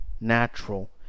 natural